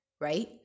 right